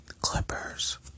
Clippers